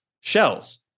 shells